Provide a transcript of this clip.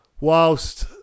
whilst